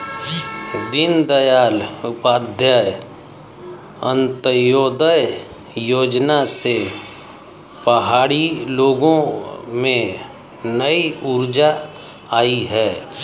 दीनदयाल उपाध्याय अंत्योदय योजना से पहाड़ी लोगों में नई ऊर्जा आई है